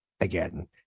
Again